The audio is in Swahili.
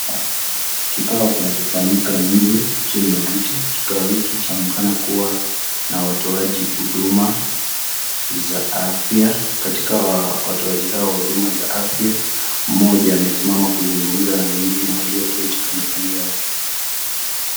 Kikao kinachofanyika nje chini ya mti kikao hiki chaonekana kuwa na watoaji huduma, za afya katika watoaji hawa wa huduma za afya mmoja amesimama kuzungumza na wengine walioketi kando kando yake.